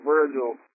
Virgil